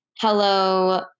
hello